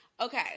Okay